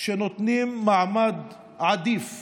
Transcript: שנותנים מעמד עדיף